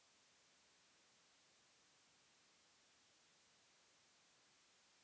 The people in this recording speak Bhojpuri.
लौंग एक ठे मसाला होला